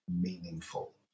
meaningful